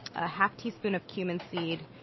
a half teaspoon of cumin seed,